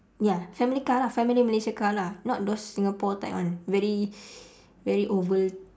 ya family car lah family malaysia car lah not those singapore type one very very oval